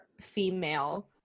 female